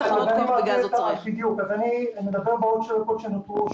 רפי: אני אומר ואחר כך חן יוסיף.